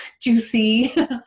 juicy